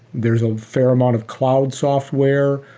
there's a fair amount of cloud software,